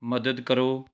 ਮਦਦ ਕਰੋ